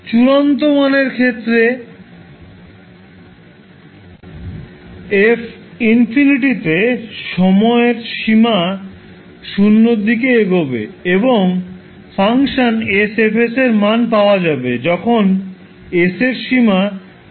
চূড়ান্ত মানের ক্ষেত্রে f ∞ তে সময়ের সীমা 0 এর দিকে এগোবে এবং ফাংশন 𝑠𝐹 𝑠 এর মান পাওয়া যাবে যখন 𝑠 এর সীমা 0 এর দিকে এগোবে